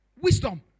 Wisdom